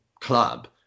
club